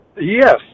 Yes